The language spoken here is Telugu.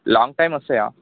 లాంగ్ టైమ్ వస్తాయా